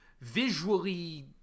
visually